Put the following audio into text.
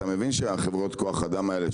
אתה מבין שחברות כוח האדם האלו,